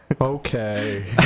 Okay